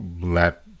let